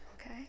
Okay